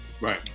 Right